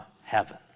heaven